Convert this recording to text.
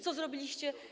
Co zrobiliście?